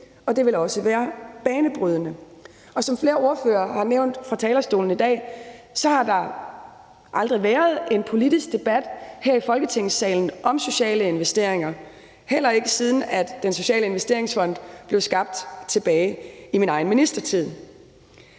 Og det vil også være banebrydende. Som flere ordførere har nævnt fra talerstolen i dag, har der aldrig været en politisk debat her i Folketingssalen om sociale investeringer, heller ikke siden Den Sociale Investeringsfond blev skabt tilbage i min egen ministertid.